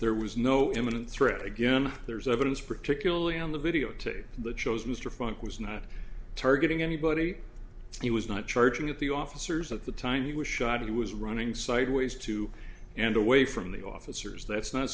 was no imminent threat again there's evidence particularly on the videotape that shows mr funk was not targeting anybody he was not charging at the officers at the time he was shot he was running sideways to and away from the officers that's not